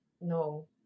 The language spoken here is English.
No